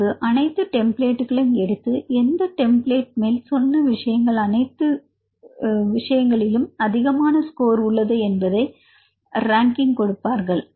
பின்பு அனைத்து டெம்ப்ளேட்ட்டுக்களையும் எடுத்து எந்த டெம்ப்ளேட் மேல் சொன்ன அனைத்து விஷயங்களிலும் அதிகமான ஸ்கோர் உள்ளது என்பதை ரங்கிங்ஸ் கொடுப்பார்கள்